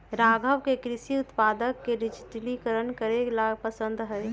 राघव के कृषि उत्पादक के डिजिटलीकरण करे ला पसंद हई